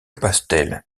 pastel